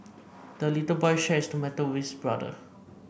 the little boy shared his tomato with his brother